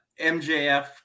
MJF